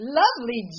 lovely